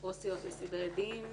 או סייעות לסדרי דין.